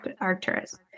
Arcturus